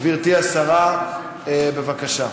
גברתי השרה, בבקשה.